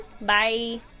bye